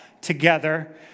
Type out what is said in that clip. together